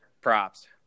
Props